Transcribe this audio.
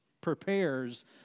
prepares